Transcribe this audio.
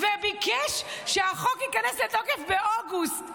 וביקש שהחוק ייכנס לתוקף באוגוסט.